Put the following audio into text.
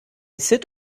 sit